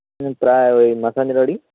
ᱦᱮᱸ ᱯᱨᱟᱭ ᱳᱭ ᱢᱟᱥᱟᱧᱡᱷᱳᱨ ᱟᱹᱲᱤ